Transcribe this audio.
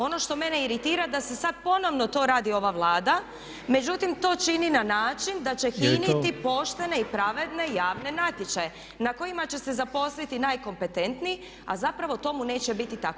Ono što mene iritira da sada ponovno to radi ova Vlada, međutim to čini na način da će hiniti poštene i pravedne javne natječaje na kojima će se zaposliti najkompetentniji a zapravo tomu neće biti tako.